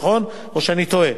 נכון או שאני טועה?